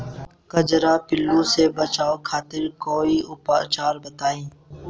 कजरा पिल्लू से बचाव खातिर कोई उपचार बताई?